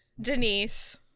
Denise